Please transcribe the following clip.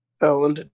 Ellen